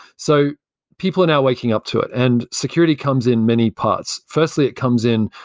so people are now waking up to it. and security comes in many parts. firstly, it comes in,